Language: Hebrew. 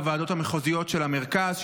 בוועדות המחוזיות של המרכז,